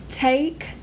Take